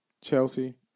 Chelsea